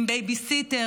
עם בייביסיטר,